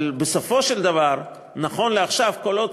אבל בסופו של דבר, נכון לעכשיו, כל עוד